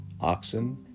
oxen